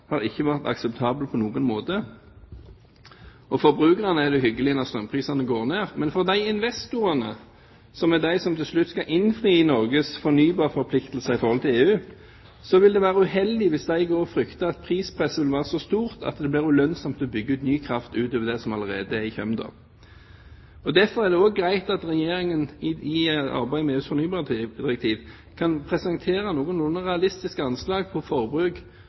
har ikke vært akseptabel på noen måte. For forbrukerne er det hyggelig når strømprisene går ned, men for investorene, som er de som til slutt skal innfri Norges fornybarforpliktelser overfor EU, vil det være uheldig, hvis de går og frykter at prispresset vil være så stort at det blir ulønnsomt å bygge ut ny kraft utover det som allerede er i kjømda. Derfor er det også greit at Regjeringen i arbeidet med EUs fornybardirektiv kan presentere noenlunde realistiske anslag for forbruk